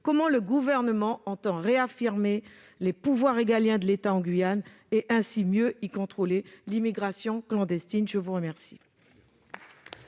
comment le Gouvernement entend réaffirmer les pouvoirs régaliens de l'État en Guyane et ainsi mieux y contrôler l'immigration clandestine. Je vous remercie.